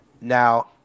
Now